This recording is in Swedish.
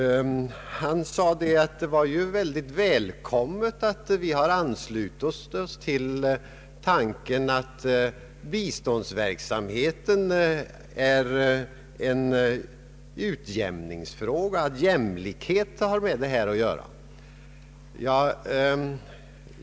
Han sade att det var väldigt välkommet att vi har anslutit oss till tanken att biståndsverksamheten är en utjämningsfråga och har med jämlikhet att göra.